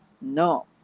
No